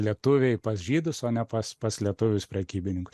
lietuviai pas žydus o ne pas pas lietuvius prekybininkus